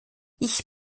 ich